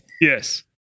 Yes